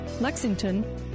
Lexington